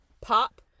pop